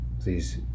please